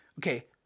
Okay